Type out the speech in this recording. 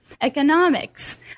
economics